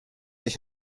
ich